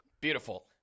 Beautiful